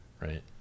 right